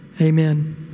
Amen